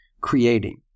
creating